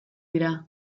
dira